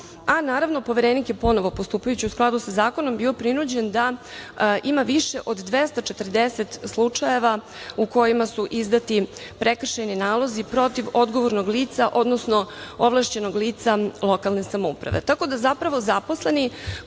Naravno, poverenik je ponovo postupajući u skladu sa zakonom bio prinuđen da ima više od 240 slučajeva u kojima su izdati prekršajni nalozi protiv odgovornog lica odnosno ovlašćenog lica lokalne samouprave. Zapravo zaposleni